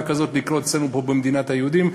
כזאת לקרות אצלנו פה במדינת היהודים.